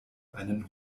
einen